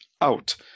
out